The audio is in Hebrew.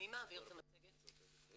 לעצור את האנשים